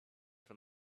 from